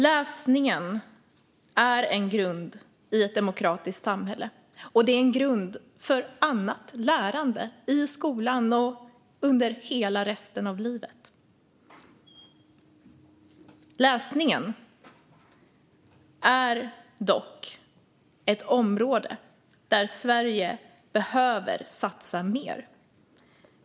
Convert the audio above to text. Läsningen är en grund i ett demokratiskt samhälle och en grund för annat lärande i skolan och under hela resten av livet. Läsningen är dock ett område där Sverige behöver satsa mer.